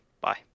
Bye